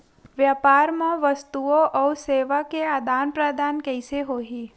व्यापार मा वस्तुओ अउ सेवा के आदान प्रदान कइसे होही?